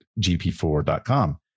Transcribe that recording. gp4.com